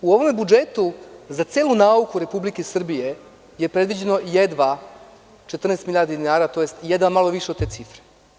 U ovom budžetu za celu nauku Republike Srbije je predviđeno jedva 14 milijardi dinara, odnosno jedna malo više od te cifre.